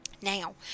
Now